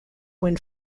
wind